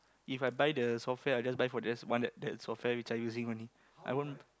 If I buy the software I just buy for just one that that software that I using only I won't